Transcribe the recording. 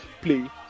play